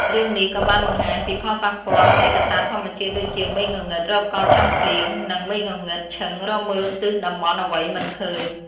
រឿងនេះក៏បានបង្ហាញពីផលប៉ះពាល់នៃកត្តាធម្មជាតិដូចជា "មេឃងងឹតរកកល់ចង់ភ្លៀង" និង "មេឃងងឹតឈឹងរកមើលទិសតំបន់អ្វីមិនឃើញ"។